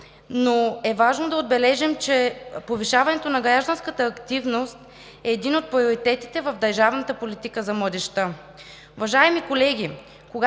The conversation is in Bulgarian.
Важно е да отбележим, че повишаването на гражданската активност е един от приоритетите в държавната политика за младежта.